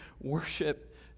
worship